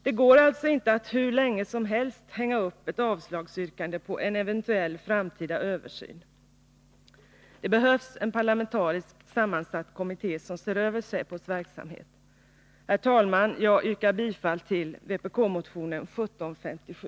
Det går alltså inte att hur länge som helst hänga upp ett avslagsyrkande på en eventuell framtida översyn. Det behövs en parlamentariskt sammansatt kommitté som ser över säpos verksamhet. Herr talman! Jag yrkar bifall till vpk-motionen 1757.